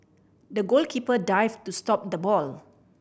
the goalkeeper dived to stop the ball